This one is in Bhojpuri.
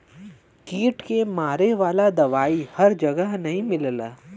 कीट के मारे वाला दवाई हर जगह नाही मिलला